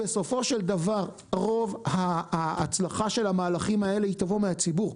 בסופו של דבר רוב ההצלחה של המהלכים האלה היא תבוא מהציבור.